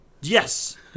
Yes